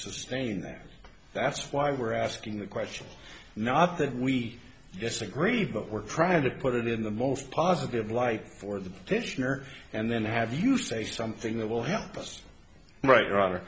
sustain that that's why we're asking the question not that we disagree but we're trying to put it in the most positive light for the petitioner and then have you say something that will help us right rather